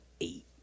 eight